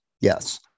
yes